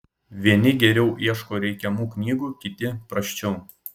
vieni geriau ieško reikiamų knygų kiti prasčiau